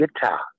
guitar